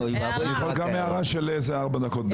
אני יכול גם הערה של איזה ארבע דקות בערך?